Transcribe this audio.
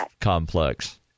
complex